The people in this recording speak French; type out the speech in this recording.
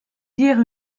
dire